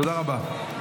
תודה רבה.